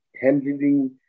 handling